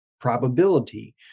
probability